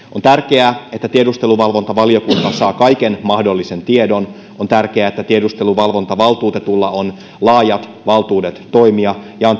on tärkeää että tiedusteluvalvontavaliokunta saa kaiken mahdollisen tiedon on tärkeää että tiedusteluvalvontavaltuutetulla on laajat valtuudet toimia ja